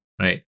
right